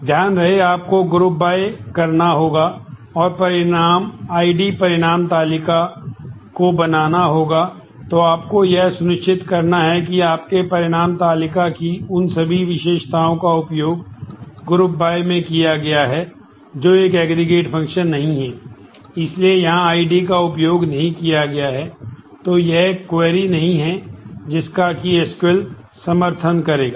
ध्यान रहे आपको ग्रुपबाय समर्थन करेगा